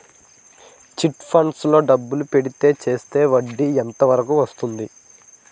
Chit funds లో డబ్బులు పెడితే చేస్తే వడ్డీ ఎంత వరకు వస్తుంది?